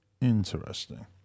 Interesting